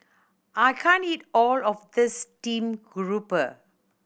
I can't eat all of this steamed grouper